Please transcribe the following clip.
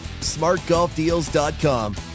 SmartGolfDeals.com